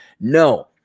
No